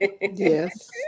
Yes